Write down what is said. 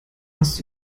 hast